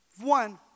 One